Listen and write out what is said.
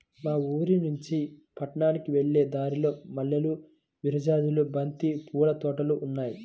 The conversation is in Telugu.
మా ఊరినుంచి పట్నానికి వెళ్ళే దారిలో మల్లెలు, విరజాజులు, బంతి పూల తోటలు ఉన్నాయ్